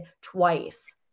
twice